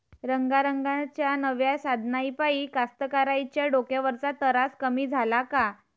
रंगारंगाच्या नव्या साधनाइपाई कास्तकाराइच्या डोक्यावरचा तरास कमी झाला का?